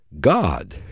God